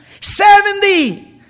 Seventy